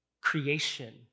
creation